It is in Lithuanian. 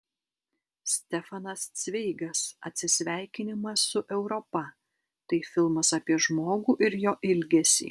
stefanas cveigas atsisveikinimas su europa tai filmas apie žmogų ir jo ilgesį